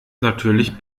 natürlich